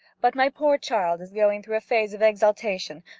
but my poor child is going through a phase of exaltation,